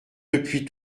depuis